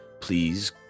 please